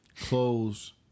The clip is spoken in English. Clothes